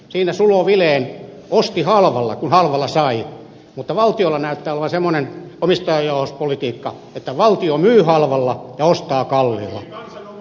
siinä sulo vilen osti halvalla kun halvalla sai mutta valtiolla näyttää olevan semmoinen omistajuuspolitiikka että valtio myy halvalla ja ostaa kalliilla